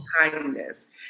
kindness